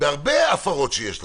בהרבה הפרות שיש לנו,